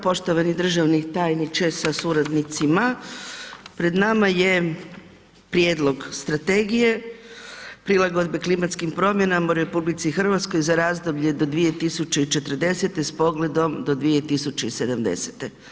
Poštovani državni tajniče sa suradnicima, pred nama je Prijedlog strategije prilagodbe klimatskim promjenama u RH za razdoblje do 2040. s pogledom do 2070.